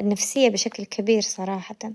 النفسية بشكل كبير صراحة.